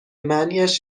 معنیاش